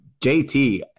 JT